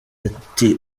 ati